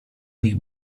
nich